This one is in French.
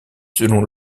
selon